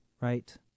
right